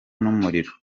n’umuriro